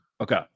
okay